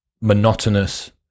monotonous